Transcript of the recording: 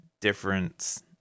difference